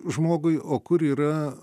žmogui o kur yra